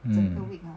mm